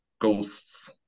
ghosts